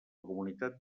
comunitat